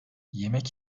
yemek